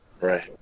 Right